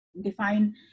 define